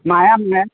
माया माया